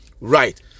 right